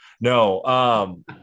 no